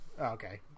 Okay